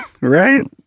Right